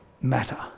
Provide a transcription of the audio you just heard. matter